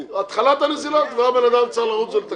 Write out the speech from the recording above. בהתחלת הנזילה, כבר הבן אדם צריך לרוץ ולתקן.